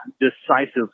decisive